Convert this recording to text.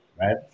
right